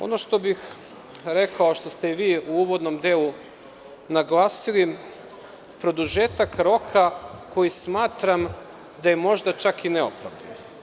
Ono što bih rekao, a što ste i vi u uvodnom delu naglasili, produžetak roka koji smatram da je možda čak i neophodan.